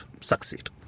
succeed